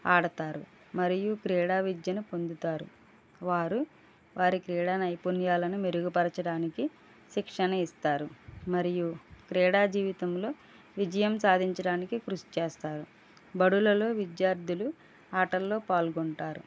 ఆడుతారు మరియు క్రీడా విద్యను పొందుతారు వారు వారి క్రీడా నైపుణ్యాలను మెరుగుపరచడానికి శిక్షణ ఇస్తారు మరియు క్రీడా జీవితంలో విజయం సాధించడానికి కృషి చేస్తారు బళ్ళలో విద్యార్థులు ఆటలలో పాల్గొంటారు